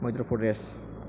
Madhya' Pradesh